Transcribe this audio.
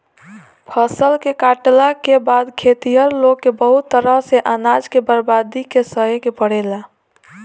फसल के काटला के बाद खेतिहर लोग के बहुत तरह से अनाज के बर्बादी के सहे के पड़ेला